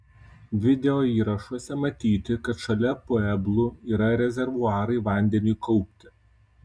videoįrašuose matyti kad šalia pueblų yra rezervuarai vandeniui kaupti